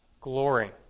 glory